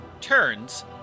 turns